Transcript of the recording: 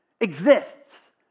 exists